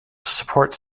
support